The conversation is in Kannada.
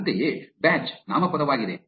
ಅಂತೆಯೇ ಬ್ಯಾಚ್ ನಾಮಪದವಾಗಿದೆ